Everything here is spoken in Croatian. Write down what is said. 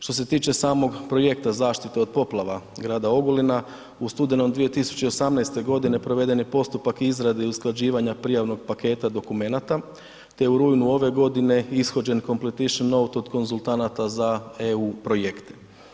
Što se tiče samog projekta zaštite od poplava grada Ogulina u studenom 2018. godine proveden je postupak izrade i usklađivanja prijavnog paketa dokumenata, te u rujnu ove godine ishođen …/Govornik govori stranim jezikom./… od konzultanata za EU projekte.